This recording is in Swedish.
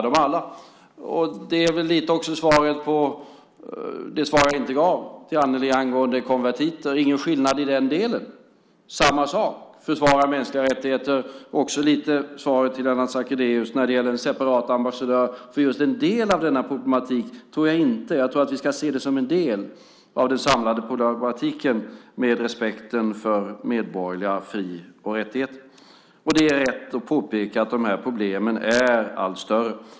Det är också det svar jag inte gav till Annelie angående konvertiter. Det är ingen skillnad i den delen. Det är samma sak. Det handlar om att försvara mänskliga rättigheter. Det är också svaret till Lennart Sacrédeus. Jag tycker inte att vi ska ha en separat ambassadör för en del av denna problematik. Vi ska se det som en del av den samlade problematiken med respekten för medborgerliga fri och rättigheter. Det är rätt att påpeka att de här problemen blir allt större.